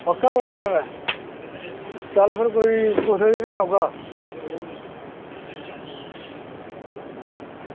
चल भी तू कुस कन्नै औगा